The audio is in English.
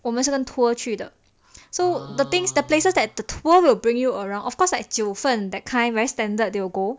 我们是跟 tour 去的 so the things the places that the tour will bring you around of course like 九分 that kind very standard they will go